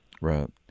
Right